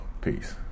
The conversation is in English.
Peace